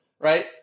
right